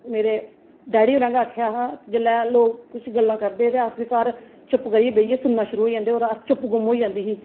मेरे डैडी औरे गै आखेआ हा जिसले लोक कुछ गल्ला करदे है अस वी घर चुप करियै बेहियै सुनना शुरु होई जंदे हे और अस चुप गुम होई जंदी ही